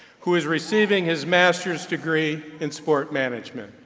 who is receiving his master's degree in sport management.